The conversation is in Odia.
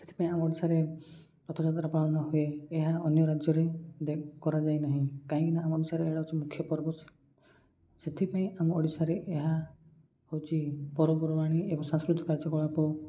ସେଥିପାଇଁ ଆମ ଓଡ଼ିଶାରେ ରଥଯାତ୍ରା ପାଳନ ହୁଏ ଏହା ଅନ୍ୟ ରାଜ୍ୟରେ କରାଯାଇ ନାହିଁ କାହିଁକିନା ଆମ ଓଡ଼ିଶାରେ ଏଡ଼ ହେଉଛି ମୁଖ୍ୟ ପର୍ବ ସେଥିପାଇଁ ଆମ ଓଡ଼ିଶାରେ ଏହା ହେଉଛି ପର୍ବପର୍ବାଣି ଏବଂ ସାଂସ୍କୃତିକ କାର୍ଯ୍ୟକଳାପ